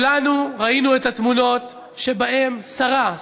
כולנו ראינו את התמונות שבהם שרה,